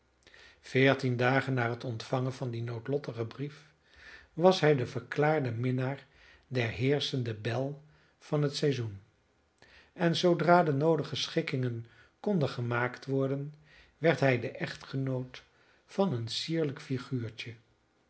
veertien dagen na het ontvangen van dien noodlottigen brief was hij de verklaarde minnaar der heerschende belle van het seizoen en zoodra de noodige schikkingen konden gemaakt worden werd hij de echtgenoot van een sierlijk figuurtje